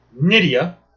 Nidia